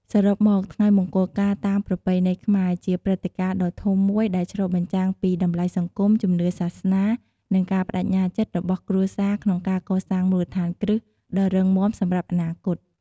សរុបមក ថ្ងៃមង្គលការតាមប្រពៃណីខ្មែរ ជាព្រឹត្តិការណ៍ដ៏ធំមួយដែលឆ្លុះបញ្ចាំងពីតម្លៃសង្គម ជំនឿសាសនា និងការប្តេជ្ញាចិត្តរបស់គ្រួសារក្នុងការកសាងមូលដ្ឋានគ្រឹះដ៏រឹងមាំសម្រាប់អនាគត។